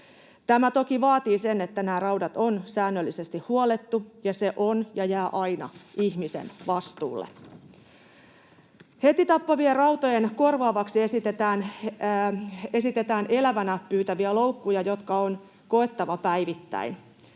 Tämä toki vaatii sen, että nämä raudat on säännöllisesti huollettu, ja se on ja jää aina ihmisen vastuulle. Heti tappavien rautojen korvaajaksi esitetään elävänä pyytäviä loukkuja, jotka on koettava päivittäin.